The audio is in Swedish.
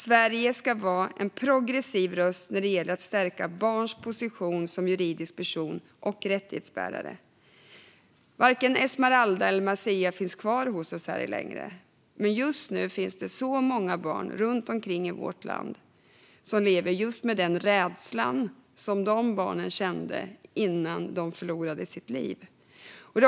Sverige ska vara en progressiv röst när det gäller att stärka barns position som juridisk person och rättighetsbärare. Varken Esmeralda eller Merziah finns kvar hos oss. Men det finns många barn runt om i vårt land som lever med just en sådan rädsla som de barnen kände innan de förlorade sina liv.